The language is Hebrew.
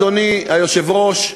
אדוני היושב-ראש,